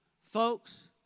Folks